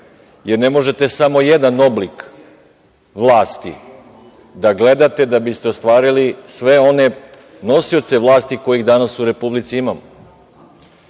jer ne možete samo jedan oblik vlasti da gledate da biste ostvarili sve one nosioce vlasti kojih danas u Republici imamo. Kada